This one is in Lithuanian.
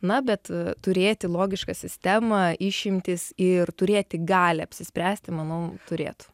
na bet turėti logišką sistemą išimtis ir turėti galią apsispręsti manau turėt